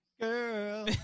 girl